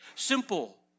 Simple